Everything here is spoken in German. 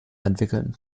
entwickeln